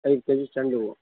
ಐದು ಕೆಜಿ ಚೆಂಡು ಹೂವು